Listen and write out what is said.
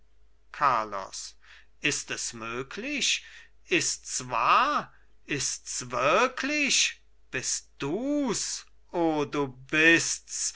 carlos ist es möglich ists wahr ists wirklich bist dus o du bists